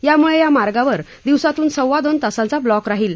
यामुळे या मार्गावर दिवसातून सव्वा दोन तासाचा ब्लॉक राहील